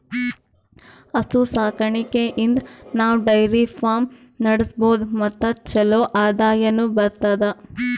ಹಸು ಸಾಕಾಣಿಕೆಯಿಂದ್ ನಾವ್ ಡೈರಿ ಫಾರ್ಮ್ ನಡ್ಸಬಹುದ್ ಮತ್ ಚಲೋ ಆದಾಯನು ಬರ್ತದಾ